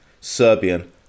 Serbian